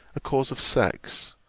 a cause of sex,